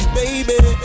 baby